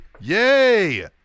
Yay